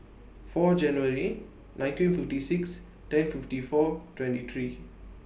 four January nineteen fifty six ten fifty four twenty three